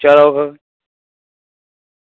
चलो